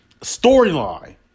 storyline